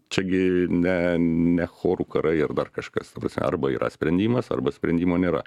čia gi ne ne chorų karai ar dar kažkas ta prasme arba yra sprendimas arba sprendimo nėra